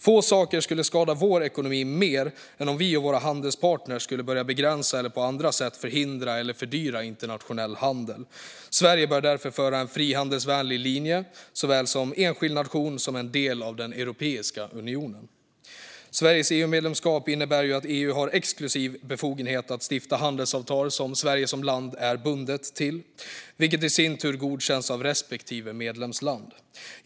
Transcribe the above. Få saker skulle skada vår ekonomi mer än om vi och våra handelspartner skulle börja begränsa eller på andra sätt förhindra eller fördyra internationell handel. Sverige bör därför föra en frihandelsvänlig linje både som enskild nation och som en del i Europeiska unionen. Sveriges EU-medlemskap innebär att EU har exklusiv befogenhet att stifta handelsavtal som Sverige som land är bundet till, vilket i sin tur godkänns av respektive medlemsland.